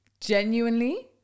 genuinely